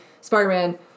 Spider-Man